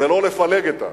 ולא לפלג את העם.